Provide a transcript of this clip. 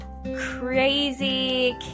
crazy